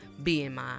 BMI